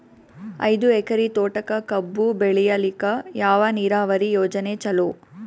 ಐದು ಎಕರೆ ತೋಟಕ ಕಬ್ಬು ಬೆಳೆಯಲಿಕ ಯಾವ ನೀರಾವರಿ ಯೋಜನೆ ಚಲೋ?